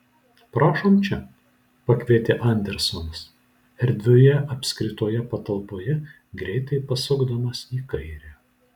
prašom čia pakvietė andersonas erdvioje apskritoje patalpoje greitai pasukdamas į kairę